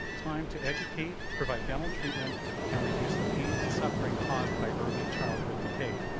time to educate, provide dental treatment and reduce the pain and suffering caused by early childhood decay.